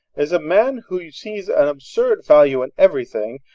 is a man who sees an absurd value in everything,